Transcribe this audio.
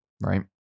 right